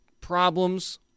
problems